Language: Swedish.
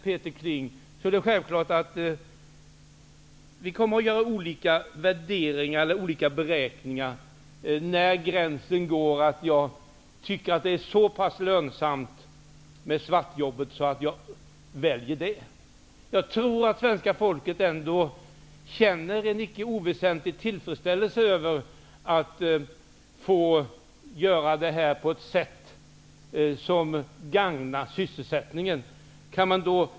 Det är självklart, Peter Kling, att vi kommer att göra olika beräkningar av var gränsen går då man tycker att det är så pass lönsamt med svartjobb att man väljer det. Jag tror att svenska folket ändå känner en icke oväsentlig tillfredsställelse över att få göra det här på ett sätt som gagnar sysselsättningen.